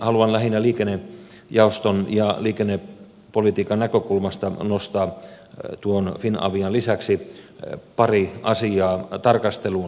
haluan lähinnä liikennejaoston ja liikennepolitiikan näkökulmasta nostaa tuon finavian lisäksi pari asiaa tarkasteluun